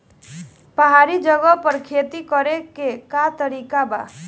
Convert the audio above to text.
पहाड़ी जगह पर खेती करे के का तरीका बा?